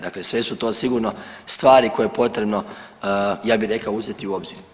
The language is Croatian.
Dakle sve su to sigurno stvari koje je potrebno, ja bih rekao, uzeti u obzir.